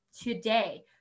today